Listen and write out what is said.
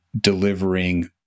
delivering